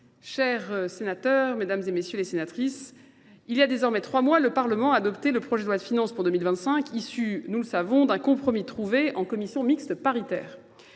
cher Sénateur, Mesdames et Messieurs les Sénatrices, il y a désormais trois mois, le Parlement a adopté le projet de loi de finance pour 2025, issu, nous le savons, d'un compromis trouvé en commission mixte paritaire.